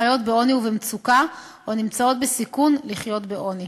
החיות בעוני ובמצוקה או נמצאות בסיכון לחיות בעוני: